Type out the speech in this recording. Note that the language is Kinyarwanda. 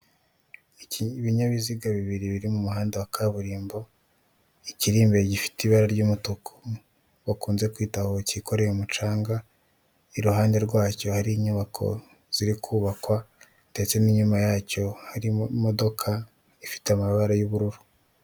Ibinyabiziga bibiri biri mu muhanda wa kaburimbo, ikiri imbere gifite ibara ry'umutuku, bakunze kwita hoho, cyikoreye umucanga, iruhande rwacyo hari inyubako ziri kubakwa, ndetse n'inyuma yacyo hari imodoka ifite amabara y'ubururu.